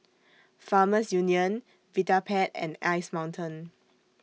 Farmers Union Vitapet and Ice Mountain